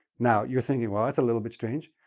now, you're thinking, well, that's a little bit strange.